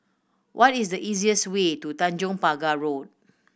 what is the easiest way to Tanjong Pagar Road